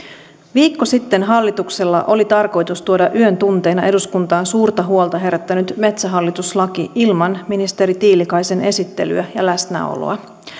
viikko sitten hallituksella oli tarkoitus tuoda yön tunteina eduskuntaan suurta huolta herättänyt metsähallitus laki ilman ministeri tiilikaisen esittelyä ja läsnäoloa